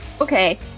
okay